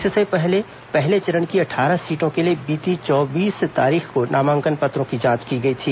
इससे पहले पहले चरण की अट्ठारह सीटों के लिए बीती चौबीस तारीख को नामांकन पत्रों की जांच की गई थी